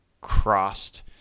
crossed